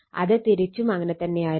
അത് തിരിച്ചും അങ്ങനെ തന്നെയായിരിക്കും